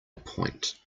point